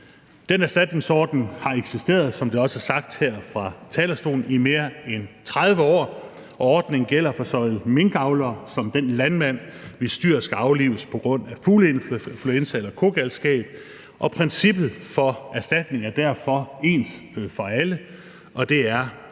her fra talerstolen, eksisteret i mere end 30 år, og ordningen gælder for såvel minkavlere som den landmand, hvis dyr skal aflives på grund af fugleinfluenza eller kogalskab. Princippet for erstatning er derfor ens for alle, uanset